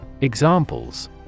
Examples